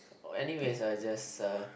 or anyway I just uh